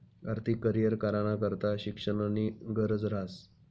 आर्थिक करीयर कराना करता शिक्षणनी गरज ह्रास